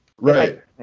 Right